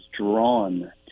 drawn